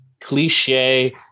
cliche